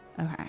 Okay